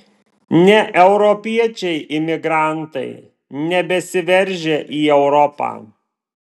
ne europiečiai imigrantai nebesiveržia į europą